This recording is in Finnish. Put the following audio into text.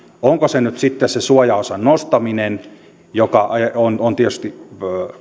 onko se nyt sitten se suojaosan nostaminen joka on on tietysti